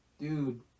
Dude